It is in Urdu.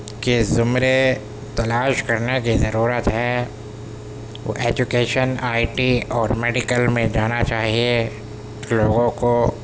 کے زمرے تلاش کرنے کی ضرورت ہے ایجوکیشن آئی ٹی اور میڈیکل میں جانا چاہیے لوگوں کو